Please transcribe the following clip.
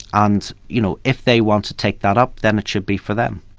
and you know if they want to take that up, then it should be for them.